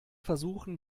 versuchen